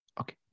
Okay